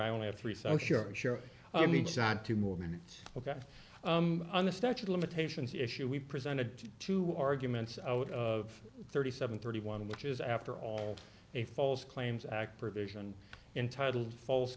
i only have three so sure sure i mean sat two more minutes ok on the statute limitations issue we presented two arguments out of thirty seven thirty one which is after all a false claims act provision intitled false